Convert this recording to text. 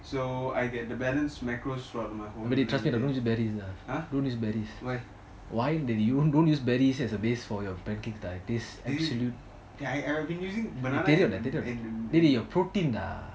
so I get the balanced macros for my whole meal !huh! why I I I have been using banana and